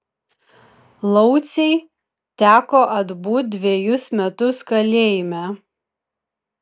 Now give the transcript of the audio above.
laucei teko atbūt dvejus metus kalėjime